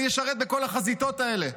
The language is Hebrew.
מי ישרת בכל החזיתות האלה?